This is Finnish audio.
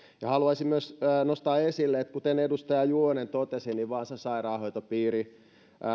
haluaisin myös nostaa esille kuten edustaja juvonen totesi että vaasan sairaanhoitopiiri